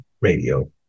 Radio